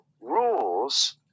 rules